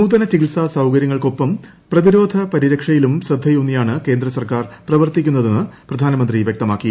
നൂതന ചികിത്സാ സൌകരൃങ്ങൾക്കൊപ്പം പ്രതിരോധ പരിരക്ഷ്യിലും ശ്രദ്ധയൂന്നിയാണ് കേന്ദ്ര സർക്കാർ പ്രവർത്തിക്കുന്നത്തെന്ന് പ്രിധാനമന്ത്രി വൃക്തമാക്കി